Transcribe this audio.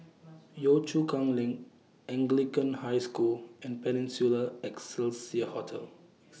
Yio Chu Kang LINK Anglican High School and Peninsula Excelsior Hotel